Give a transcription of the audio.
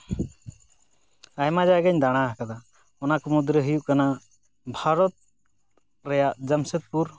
ᱟᱭᱢᱟ ᱡᱟᱭᱜᱟᱧ ᱫᱟᱬᱟ ᱠᱟᱫᱟ ᱚᱱᱟ ᱠᱚ ᱢᱩᱫᱽᱨᱮ ᱦᱩᱭᱩᱜ ᱠᱟᱱᱟ ᱵᱷᱟᱨᱚᱛ ᱨᱮᱭᱟᱜ ᱡᱟᱢᱥᱮᱫᱽᱯᱩᱨ